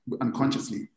unconsciously